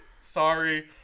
Sorry